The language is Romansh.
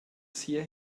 sia